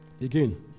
Again